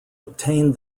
obtained